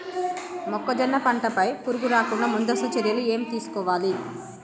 మొక్కజొన్న పంట పై పురుగు రాకుండా ముందస్తు చర్యలు ఏం తీసుకోవాలి?